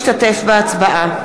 משתתף בהצבעה